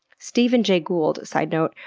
stephen jay gould, side note,